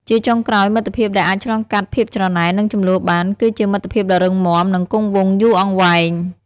ជាចុងក្រោយ មិត្តភាពដែលអាចឆ្លងកាត់ភាពច្រណែន និងជម្លោះបាន គឺជាមិត្តភាពដ៏រឹងមាំ និងគង់វង្សយូរអង្វែង។